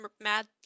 mad